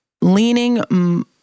leaning